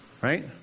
right